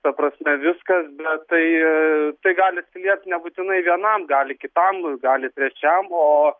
ta prasme viskas bet tai tai gali atsiliept nebūtinai vienam gali kitam gali trečiam o